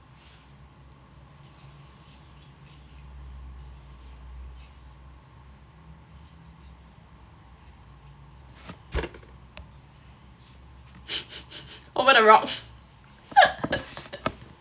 over the rock